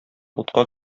утка